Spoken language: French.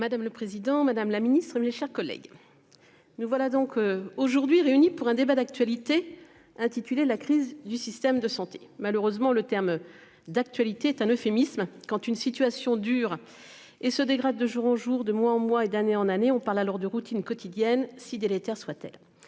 Madame le président, madame la ministre. Eh bien, chers collègues. Nous voilà donc aujourd'hui réunis pour un débat d'actualité intitulé la crise du système de santé. Malheureusement le terme d'actualité est un euphémisme quand une situation dure et se dégrade de jour en jour de mois en mois et d'année en année, on parle alors de routine quotidienne si délétère soit-elle.